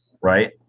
Right